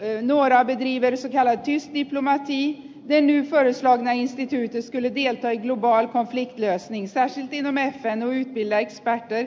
förslaget var riktat till eus höga representant catherine ashton och samtidigt gick ett brev till samtliga eus utrikesministrar